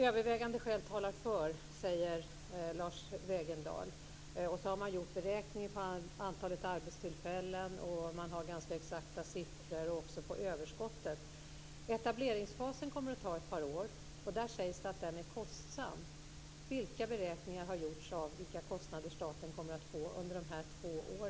Övervägande skäl talar för, säger Lars Wegendal. Man har gjort beräkningar av antalet arbetstillfällen, och man har ganska exakta siffror också på överskottet. Etableringsfasen kommer att ta ett par år. Och det sägs att den är kostsam. Vilka beräkningar har gjorts av vilka kostnader som staten kommer att få under dessa två år?